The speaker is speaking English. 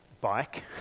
bike